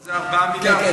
שזה 4 מיליארד,